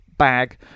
bag